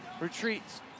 retreats